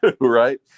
right